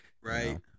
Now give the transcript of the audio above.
Right